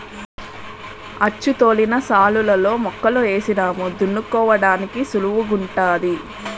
అచ్చుతోలిన శాలులలో మొక్కలు ఏసినాము దున్నుకోడానికి సుళువుగుంటాది